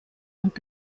und